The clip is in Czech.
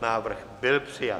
Návrh byl přijat.